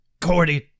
Cordy